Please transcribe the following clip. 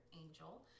angel